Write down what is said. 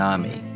Army